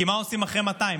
כי מה עושים אחרי 200?